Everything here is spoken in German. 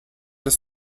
des